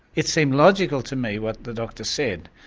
it seemed logical to me what the doctor said.